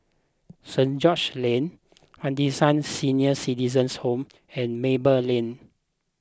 St George's Lane Henderson Senior Citizens' Home and Maple Lane